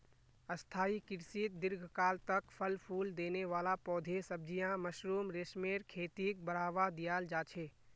स्थाई कृषित दीर्घकाल तक फल फूल देने वाला पौधे, सब्जियां, मशरूम, रेशमेर खेतीक बढ़ावा दियाल जा छे